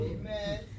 Amen